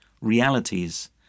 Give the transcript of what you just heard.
realities